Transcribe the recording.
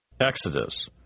Exodus